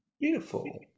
Beautiful